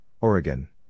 Oregon